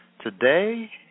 Today